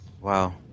Wow